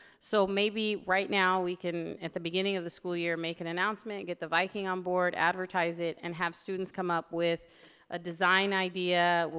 so maybe right now we can at the beginning of the school year make an announcement, get the viking on board, advertise it and have students come up with a design idea.